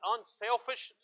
Unselfish